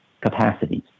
capacities